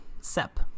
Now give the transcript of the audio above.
Sep